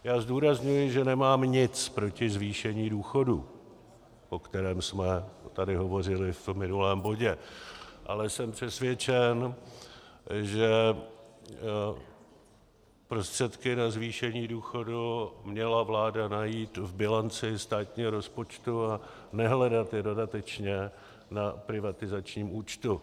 Já zdůrazňuji, že nemám nic proti zvýšení důchodů, o kterém jsme tady hovořili v minulém bodě, ale jsem přesvědčen, že prostředky na zvýšení důchodů měla vláda najít v bilanci státního rozpočtu a nehledat je dodatečně na privatizačním účtu.